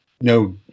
no